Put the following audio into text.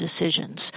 decisions